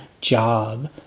job